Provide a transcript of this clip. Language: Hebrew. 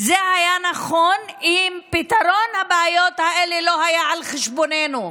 זה היה נכון אם פתרון הבעיות האלה לא היה על חשבוננו,